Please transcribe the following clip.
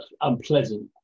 unpleasant